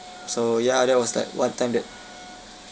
so ya that was that one time that